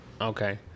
Okay